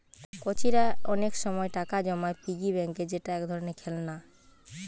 কচিরা অনেক সময় টাকা জমায় পিগি ব্যাংকে যেটা এক ধরণের খেলনা